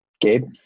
Gabe